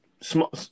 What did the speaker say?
small